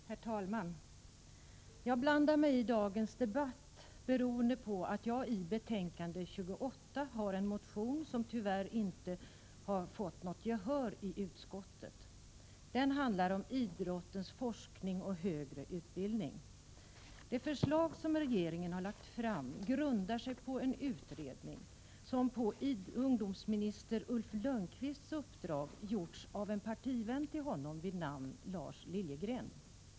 Herr talman! Jag blandar mig i dagens debatt, beroende på att jag i betänkande 28 har en motion, som tyvärr inte fått gehör av utskottet. Den handlar om idrottens forskning och högre utbildning. Det förslag som regering lagt fram grundar sig på en utredning som på ungdomsminister Ulf Lönnqvists uppdrag gjorts av en partivän till honom vid namn Lars Liljegren.